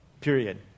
Period